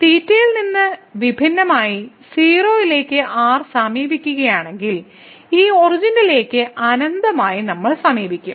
തീറ്റയിൽ നിന്ന് വിഭിന്നമായി 0 ലേക്ക് r സമീപിക്കുകയാണെങ്കിൽ ഈ ഒറിജിനിലേക്ക് അനന്തമായി നമ്മൾ സമീപിക്കും